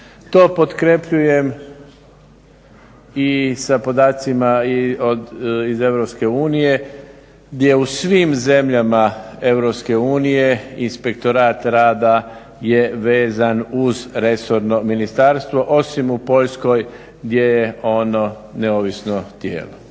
To potkrepljujem i sa podacima od EU gdje u svim zemljama EU inspektorat rada je vezan uz resorno ministarstvo, osim u Poljskoj gdje je ono neovisno tijelo.